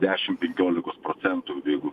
dešim penkiolikos procentų jeigu